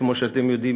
כמו שאתם יודעים,